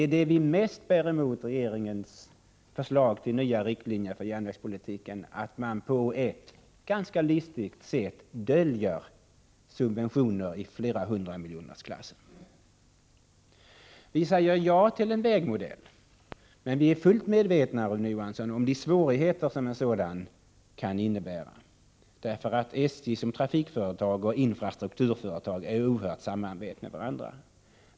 Vad vi mest ogillar i regeringens förslag till nya riktlinjer för järnvägspolitiken är att man på ett ganska listigt sätt döljer subventioner i storleksordningen flera hundra miljoner. Vi säger ja till en vägmodell, men vi är, Rune Johansson, fullt medvetna om de svårigheter som en sådan kan föra med sig. SJ:s funktioner som trafikföretag och som infrastrukturföretag är nämligen oerhört sammanvävda med varandra.